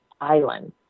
Island